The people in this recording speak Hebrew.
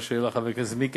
מה שהעלה חבר הכנסת מיקי,